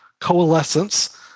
coalescence